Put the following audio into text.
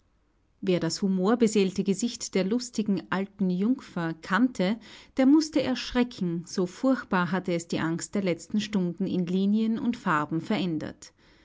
wer das humorbeseelte gesicht der lustigen alten jungfer kannte der mußte erschrecken so furchtbar hatte es die angst der letzten stunden in linien und farben verändert